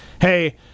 hey –